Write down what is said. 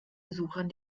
besuchern